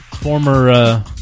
Former